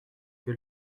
que